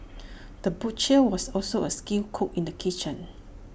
the butcher was also A skilled cook in the kitchen